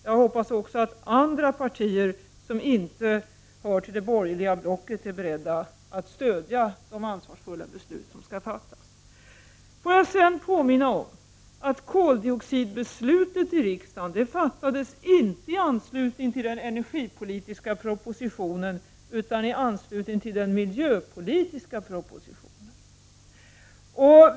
Jag hoppas också att övriga partier som inte hör till det borgerliga blocket är beredda att stödja de ansvarsfulla beslut som skall fattas. Jag vill sedan påminna om att koldioxidbeslutet i riksdagen fattades inte i anslutning till den energipolitiska propositionen utan i anslutning till den miljöpolitiska propositionen.